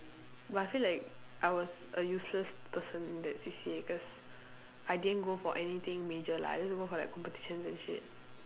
but I feel like I was a useless person in the C_C_A cause I didn't go for anything major lah I just for like competition and shit